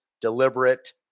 deliberate